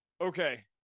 Okay